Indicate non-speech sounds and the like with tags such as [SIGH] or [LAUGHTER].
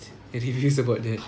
[NOISE] I deduced about that